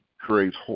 creates